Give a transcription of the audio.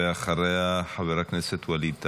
ואחריה, חבר הכנסת ווליד טאהא.